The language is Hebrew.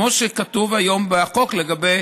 כמו שכתוב היום בחוק לגבי